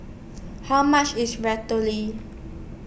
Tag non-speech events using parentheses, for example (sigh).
How much IS (unintelligible)